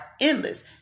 endless